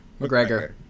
McGregor